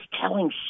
telling